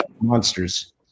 monsters